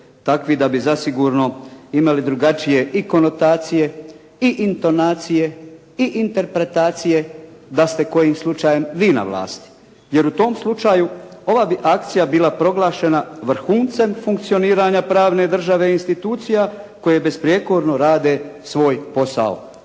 takvi da bi zasigurno imali drugačije i konotacije i intonacije i interpretacije da ste kojim slučajem vi na vlasti jer u tom slučaju ova bi akcija bila proglašena vrhuncem funkcioniranja pravne države i institucija koje besprijekorno rade svoj posao